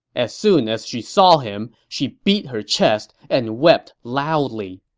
as soon as she saw him, she beat her chest and wept loudly